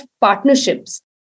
partnerships